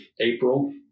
April